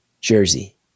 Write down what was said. Jersey